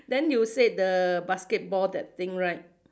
then you said the basketball that thing right